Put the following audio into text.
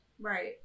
Right